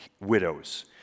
widows